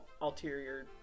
ulterior